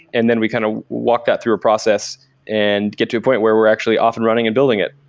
and then we kind of walk that through a process and get to a point where we're actually often running and building it.